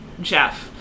jeff